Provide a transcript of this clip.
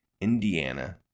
Indiana